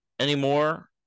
anymore